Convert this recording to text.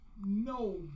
No